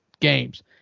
games